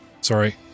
sorry